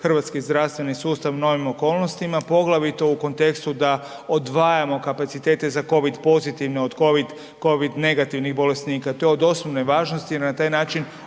hrvatski zdravstveni sustav novim okolnostima, poglavito u kontekstu da odvajamo kapacitete za COVID pozitivne od COVID negativnih bolesnika. To je od osnovne važnosti jer na taj način